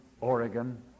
Oregon